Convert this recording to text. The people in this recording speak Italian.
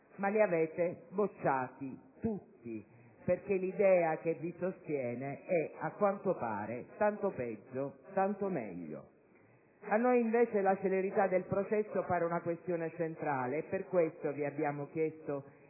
ma li avete bocciati tutti, perché l'idea che vi sostiene è - a quanto pare - "tanto peggio, tanto meglio". A noi, invece, la celerità del processo pare una questione centrale e per questo vi abbiamo chiesto